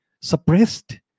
suppressed